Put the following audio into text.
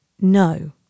no